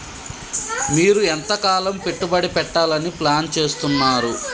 మీరు ఎంతకాలం పెట్టుబడి పెట్టాలని ప్లాన్ చేస్తున్నారు?